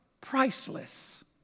priceless